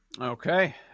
Okay